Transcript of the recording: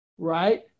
Right